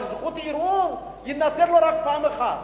אבל זכות ערעור תינתן לו רק פעם אחת,